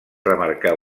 remarcar